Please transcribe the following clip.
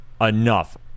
enough